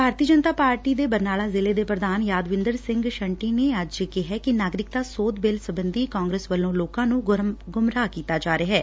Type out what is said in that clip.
ਭਾਰਤੀ Janata party ਦੇ ਬਰਨਾਲਾ ਜ਼ਿਲ੍ਹੇ ਦੇ ਪ੍ਰਧਾਨ ਯਾਦਵਿੰਦਰ ਸਿੰਘ ਸ਼ੰਟੀ ਨੇ ਕਿਹੈ ਕਿ ਨਾਗਰਿਕਤਾ ਸੋਧ ਬਿੱਲ ਸਬੰਧੀ ਕਾਂਗਰਸ ਵੱਲੋਂ ਲੋਕਾਂ ਨੂੰ ਗੁੰਮਰਾਹ ਕੀਤਾ ਜਾਂ ਰਿਹੈ